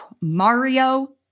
Mario